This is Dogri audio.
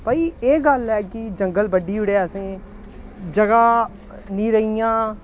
भई एह् गल्ल ऐ कि जंगल बड्ढी ओड़े असें ज'गा निं रेहियां